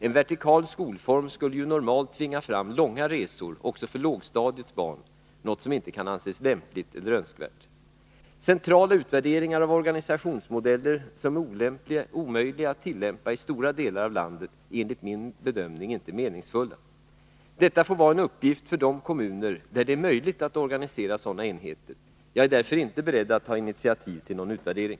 En vertikal skolform skulle ju normalt tvinga fram långa resor också för lågstadiets barn, något som inte kan anses lämpligt eller önskvärt. Centrala utvärderingar av organisationsmodeller som är omöjliga att tillämpa i stora delar av landet är enligt min bedömning inte meningsfulla. Detta får vara en uppgift för de kommuner där det är möjligt att organisera sådana enheter. Jag är därför inte beredd att ta initiativ till någon utvärdering.